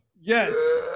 yes